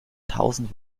tausend